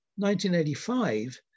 1985